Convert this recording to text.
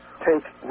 take